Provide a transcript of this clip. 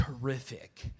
terrific